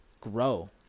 grow